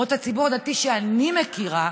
לפחות הציבור הדתי שאני מכירה,